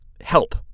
help